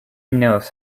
knows